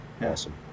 Awesome